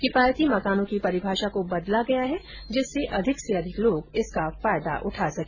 किफायती मकानों की परिभाषा को बदला गया है जिससे अधिक से अधिक लोग इसका फायदा उठा सके